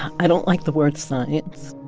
i don't like the word science.